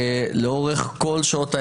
לאורך כל שעות היממה.